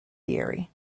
theory